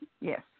Yes